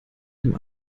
dem